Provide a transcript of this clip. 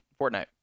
fortnite